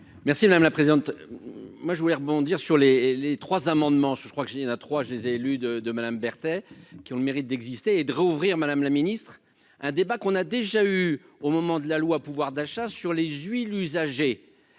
Merci madame la présidente, moi je voulais rebondir sur les les trois amendements, je crois que j'ai dit une à trois, je les ai lus de de Madame Berthet, qui ont le mérite d'exister et de rouvrir, Madame la Ministre, un débat qu'on a déjà eu au moment de la loi, pouvoir d'achat sur les huiles usagées